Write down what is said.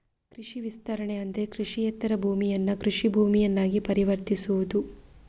ಕೃಷಿ ವಿಸ್ತರಣೆ ಅಂದ್ರೆ ಕೃಷಿಯೇತರ ಭೂಮಿಯನ್ನ ಕೃಷಿ ಭೂಮಿಯನ್ನಾಗಿ ಪರಿವರ್ತಿಸುವುದು